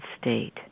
state